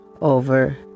over